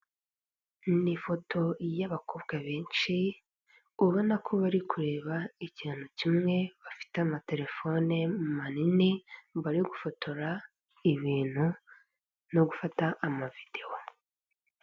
Ni foto y'abakobwa benshi, ubona ko bari kureba ikintu kimwe, bafite amatelefone manini, bari gufotora ibintu no gufata amavidewo.